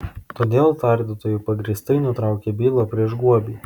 todėl tardytojai pagrįstai nutraukė bylą prieš guobį